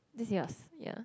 this is yours ya